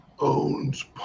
owns